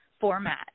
format